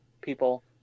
people